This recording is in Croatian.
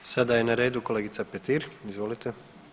Sada je na redu kolegica Petir, izvolite.